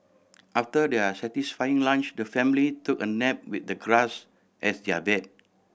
after their satisfying lunch the family took a nap with the grass as their bed